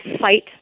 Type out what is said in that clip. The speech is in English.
fight